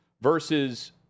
versus